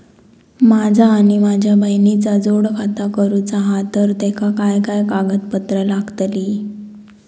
माझा आणि माझ्या बहिणीचा जोड खाता करूचा हा तर तेका काय काय कागदपत्र लागतली?